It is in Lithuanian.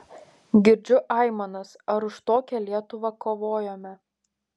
girdžiu aimanas ar už tokią lietuvą kovojome